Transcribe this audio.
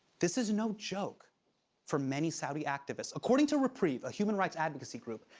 this is no joke for many saudi activists. according to reprieve, a human rights advocacy group,